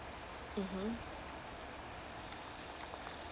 mm